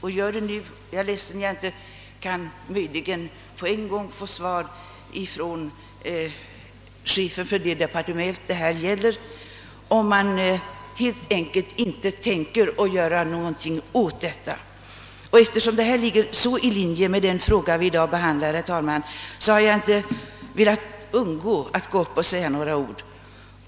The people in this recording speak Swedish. Jag är ledsen över att jag inte nu kan få ett svar direkt från chefen för det departement, som handlägger dessa frågor, på frågan om man helt enkelt tänker underlåta att göra någonting åt saken. Herr talman! Eftersom detta spörsmål ligger så nära det ärende vi i dag behandlar har jag inte kunnat underlåta att säga några ord därom.